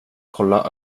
kolla